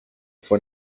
fue